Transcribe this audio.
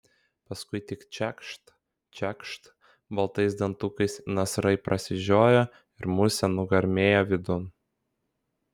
paskui tik čekšt čekšt baltais dantukais nasrai prasižiojo ir musė nugarmėjo vidun